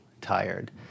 tired